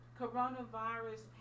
coronavirus